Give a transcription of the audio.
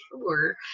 sure